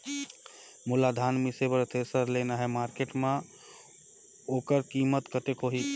मोला धान मिसे बर थ्रेसर लेना हे मार्केट मां होकर कीमत कतेक होही?